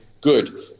good